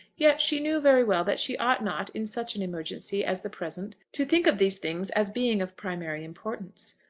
yet she knew very well that she ought not in such an emergency as the present to think of these things as being of primary importance.